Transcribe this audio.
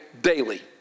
daily